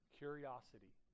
curiosity